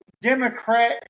Democrat